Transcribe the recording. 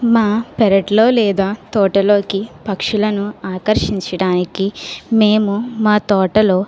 మా పెరట్లో లేదా తోటలోకి పక్షులను ఆకర్షించడానికి మేము మా తోటలో